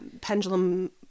pendulum